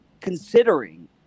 considering